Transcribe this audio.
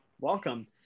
welcome